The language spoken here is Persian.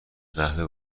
قهوه